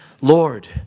Lord